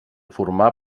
formar